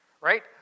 right